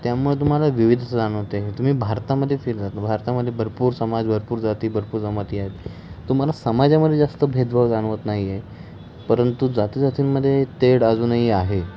त्यामुळे तुम्हाला विविधता जाणवते तुम्ही भारतामध्ये फिरलात भारतामध्ये भरपूर समाज भरपूर जाती भरपूर जमाती आहेत तुम्हाला समाजामध्ये जास्त भेदभाव जाणवत नाही आहे परंतु जाती जातींमध्ये तेढ अजूनही आहे